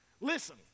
Listen